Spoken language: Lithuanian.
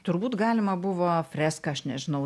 turbūt galima buvo freską aš nežinau